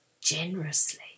generously